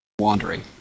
wandering